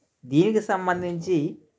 దీనికి సంబంధించి